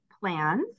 plans